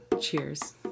Cheers